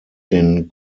den